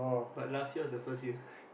but last year was the first year